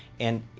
and